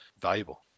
valuable